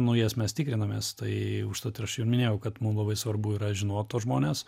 nu jas mes tikrinamės tai užtat ir aš jau minėjau kad mum labai svarbu yra žinot tuos žmones